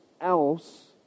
else